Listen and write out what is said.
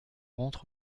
rentre